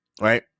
right